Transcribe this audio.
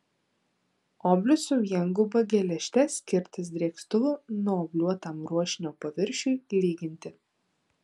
oblius su vienguba geležte skirtas drėkstuvu nuobliuotam ruošinio paviršiui lyginti